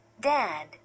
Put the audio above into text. Dad